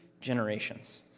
generations